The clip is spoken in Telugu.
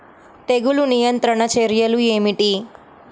తెగులు నియంత్రణ చర్యలు ఏమిటి?